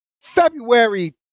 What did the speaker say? February